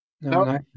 No